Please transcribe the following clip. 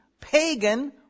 pagan